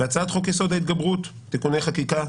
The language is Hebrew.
והצעת חוק-יסוד: ההתגברות (תיקוני חקיקה),